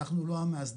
אנחנו לא המאסדרים,